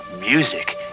music